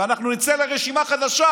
ואנחנו נצא עם רשימה חדשה.